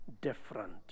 different